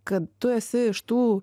kad tu esi iš tų